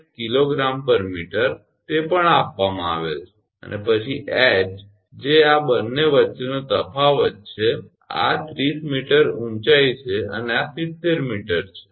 8 𝐾𝑔 𝑚 તે પણ આપવામાં આવેલ છે અને પછી hએચ જે આ બંને વચ્ચેનો તફાવત છે આ 30 𝑚 ઊંચાઇ છે અને આ 70 𝑚 છે